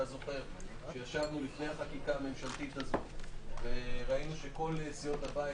אתה זוכר שישבנו לפני החקיקה הממשלתית הזאת וראינו שכל סיעות הבית,